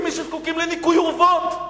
מי שזקוקים לניקוי אורוות.